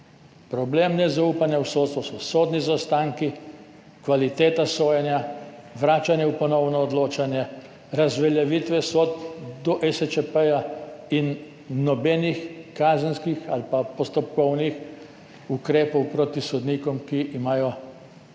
Problem nezaupanja v sodstvo so sodni zaostanki, kvaliteta sojenja, vračanje v ponovno odločanje, razveljavitve sodb do ESČP in nobenih kazenskih ali postopkovnih ukrepov proti sodnikom, ki sodijo pač